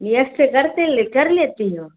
से कर कर लेती हो